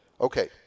Okay